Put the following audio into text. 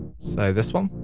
so this one.